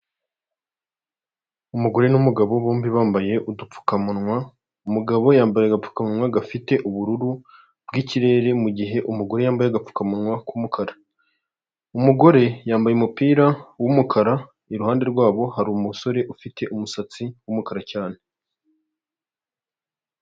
Umugore n'umugabo bombi bambaye udupfukamunwa, umugabo yambaye agapfukanwa gafite ubururu bw'ikirere mu gihe umugore yambaye agapfukamunwa k'umukara, umugore yambaye umupira w'umukara, iruhande rwabo hari umusore ufite umusatsi w'umukara cyane.